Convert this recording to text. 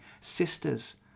sisters